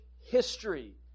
history